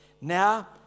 Now